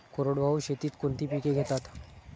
कोरडवाहू शेतीत कोणती पिके घेतात?